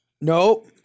Nope